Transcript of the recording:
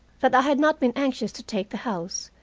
that i had not been anxious to take the house,